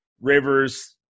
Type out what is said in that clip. Rivers